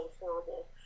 horrible